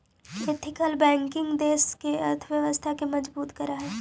ethical banking देश के अर्थव्यवस्था के मजबूत करऽ हइ